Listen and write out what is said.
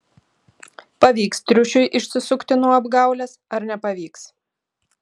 pavyks triušiui išsisukti nuo apgaulės ar nepavyks